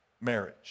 marriage